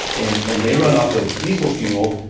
and and they run off of diesel fuel,